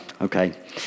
Okay